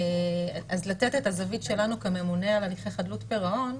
אז לתת את הזווית שלנו כממונה על הליכי חדלות פירעון.